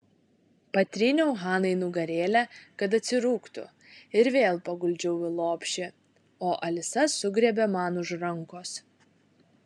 patryniau hanai nugarėlę kad atsirūgtų ir vėl paguldžiau į lopšį o alisa sugriebė man už rankos